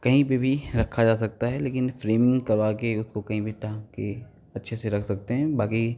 कहीं पे भी रखा जा सकता है लेकिन फ़्रेमिंग करवा के उसको कहीं भी टांग के अच्छे से रख सकते हैं बाकी